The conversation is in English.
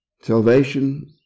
Salvation